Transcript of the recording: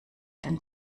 den